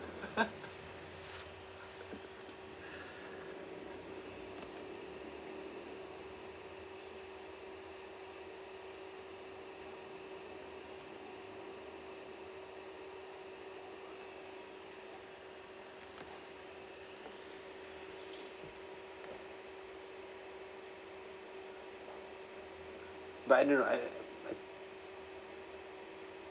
but I don't know I I